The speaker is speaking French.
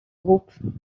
groupes